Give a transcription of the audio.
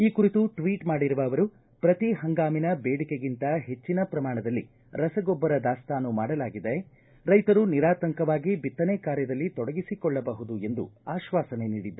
ಈ ಕುರಿತು ಟ್ವೀಟ್ ಮಾಡಿರುವ ಅವರು ಪ್ರತಿ ಹಂಗಾಮಿನ ಬೇಡಿಕೆಗಿಂತ ಹೆಚ್ಚನ ಪ್ರಮಾಣದಲ್ಲಿ ರಸ ಗೊಬ್ಬರ ದಾಸ್ತಾನು ಮಾಡಲಾಗಿದೆ ರೈತರು ನಿರಾತಂಕವಾಗಿ ಬಿತ್ತನೆ ಕಾರ್ಯದಲ್ಲಿ ತೊಡಗಿಸಿಕೊಳ್ಳಬಹುದು ಎಂದು ಆಶ್ವಾರನೆ ನೀಡಿದ್ದಾರೆ